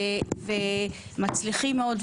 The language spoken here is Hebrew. ומצליחים מאוד,